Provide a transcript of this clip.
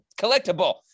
collectible